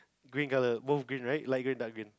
green colour both green right lighter darker